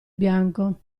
bianco